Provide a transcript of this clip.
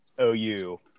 OU